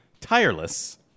tireless